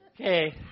Okay